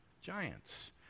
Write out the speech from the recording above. giants